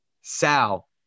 Sal